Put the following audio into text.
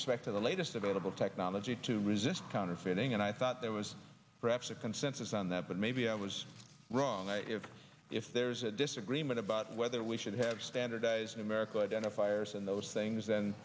respect to the latest available technology to resist counterfeiting and i thought there was perhaps a consensus on that but maybe i was wrong if there's a disagreement about whether we should have standardized in america identifiers in those things then